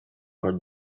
are